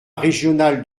régional